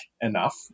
enough